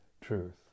truth